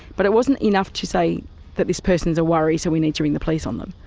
but it wasn't enough to say that this person is a worry so we need to ring the police on them.